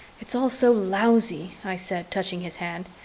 it's all so lousy, i said, touching his hand,